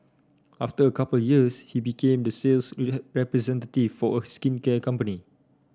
after a couple of years he became the sales representative for a skincare company